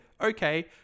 okay